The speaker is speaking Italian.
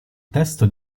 testo